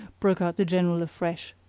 broke out the general afresh.